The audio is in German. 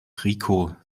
rico